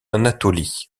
anatolie